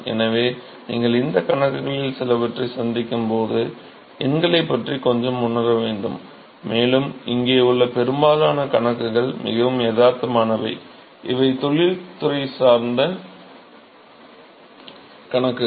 எனவே நீங்கள் இந்தச் கணக்குகளில் சிலவற்றைச் சந்திக்கும் போது எண்களைப் பற்றி கொஞ்சம் உணர வேண்டும் மேலும் இங்கே உள்ள பெரும்பாலான கணக்குகள் மிகவும் யதார்த்தமானவை இவை தொழில்துறை சார்ந்த கணக்குகள்